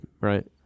right